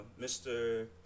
Mr